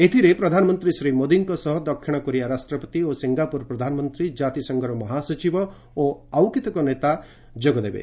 ଏଥିରେ ପ୍ରଧାନମନ୍ତ୍ରୀ ଶ୍ରୀ ମୋଦିଙ୍କ ସହ ଦକ୍ଷିଣ କୋରିଆ ରାଷ୍ଟ୍ରପତି ଓ ସିଙ୍ଗାପୁର ପ୍ରଧାନମନ୍ତ୍ରୀ ଜାତିସଂଘର ମହାସଚିବ ଓ ଆଉ କେତେକ ନେତା ଯୋଗଦେବେ